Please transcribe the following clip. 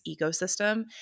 ecosystem